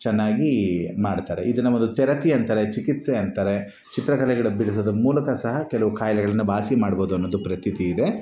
ಚೆನ್ನಾಗಿ ಮಾಡ್ತಾರೆ ಇದನ್ನು ಒಂದು ಥೆರಪಿ ಅಂತಾರೆ ಚಿಕಿತ್ಸೆ ಅಂತಾರೆ ಚಿತ್ರಕಲೆಗಳ ಬಿಡಿಸೋದರ ಮೂಲಕ ಸಹ ಕೆಲವು ಕಾಯಿಲೆಗಳನ್ನು ವಾಸಿ ಮಾಡ್ಬೋದು ಅನ್ನೋದು ಪ್ರತೀತಿ ಇದೆ